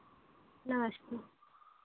नमस्ते